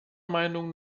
meinung